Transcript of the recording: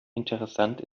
interessant